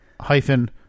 hyphen